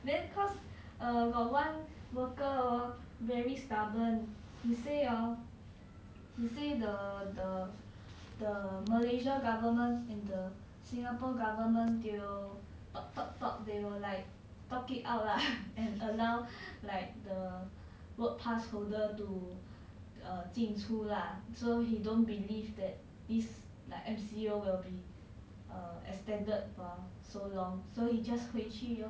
then cause got err one worker hor very stubborn he say hor he say the the the malaysia government and the singapore government they will talk talk talk they will like talk it out lah and allow like the work pass holder to err 进出 lah so he don't believe that the this like M_C_O will be err extended for so long so he just 回去 lor